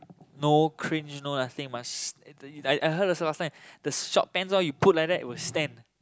no cringe no nothing must st~ I heard also last time the short pants all you put like that it will stand